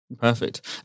Perfect